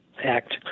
act